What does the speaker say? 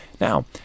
Now